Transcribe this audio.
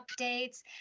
updates